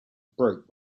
broke